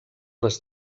les